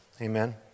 Amen